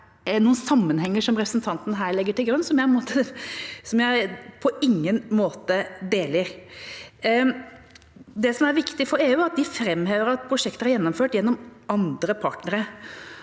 det er noen sammenhenger som representanten her legger til grunn, som jeg på ingen måte deler. Det som er viktig for EU, er at de framhever at prosjekter er gjennomført gjennom andre partnere.